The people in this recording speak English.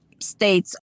states